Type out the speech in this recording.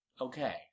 Okay